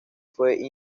fue